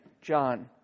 John